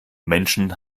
menschen